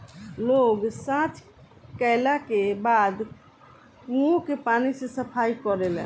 लोग सॉच कैला के बाद कुओं के पानी से सफाई करेलन